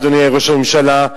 אדוני ראש הממשלה,